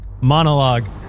Monologue